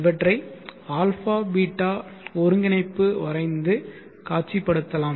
இவற்றை α ß ஒருங்கிணைப்பு வரைந்து காட்சிப்படுத்தலாம்